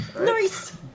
Nice